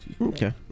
okay